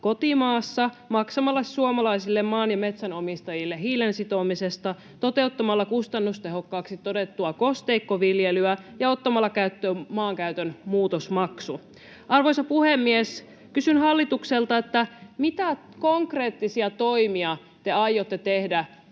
kotimaassa maksamalla suomalaisille maan- ja metsänomistajille hiilen sitomisesta, toteuttamalla kustannustehokkaaksi todettua kosteikkoviljelyä ja ottamalla käyttöön maankäytön muutosmaksu. Arvoisa puhemies! Kysyn hallitukselta: mitä konkreettisia toimia te aiotte tehdä